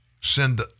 send